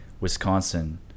Wisconsin